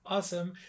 Awesome